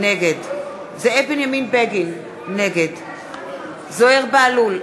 נגד זאב בנימין בגין, נגד זוהיר בהלול,